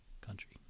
Country